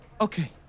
Okay